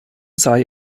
sei